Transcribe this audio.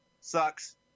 sucks